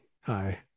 Hi